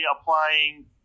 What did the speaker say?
applying